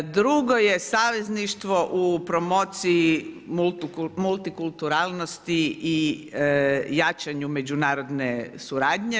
Drugo je savezništvo u promociji multikulturalnosti i jačanju međunarodne suradnje.